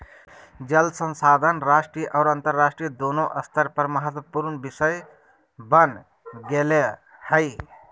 जल संसाधन राष्ट्रीय और अन्तरराष्ट्रीय दोनों स्तर पर महत्वपूर्ण विषय बन गेले हइ